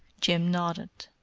jim nodded.